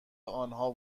آنها